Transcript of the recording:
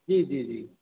जी जी जी